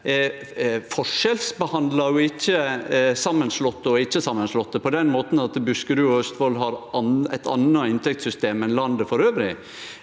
forskjellsbehandlar ikkje samanslåtte og ikkje-samanslåtte på den måten at Buskerud og Østfold har eit anna inntektssystem enn landet elles.